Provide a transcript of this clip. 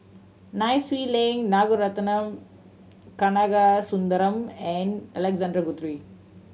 Nai Swee Leng Ragunathar Kanagasuntheram and Alexander Guthrie